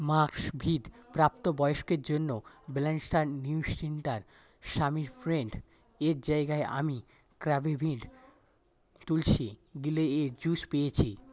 ম্যাক্সভিদ প্রাপ্তবয়স্কের জন্য ব্যালান্সড জায়গায় আমি তুলসি গিলের জুস পেয়েছি